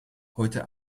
heute